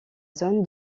zone